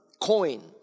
coin